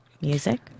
Music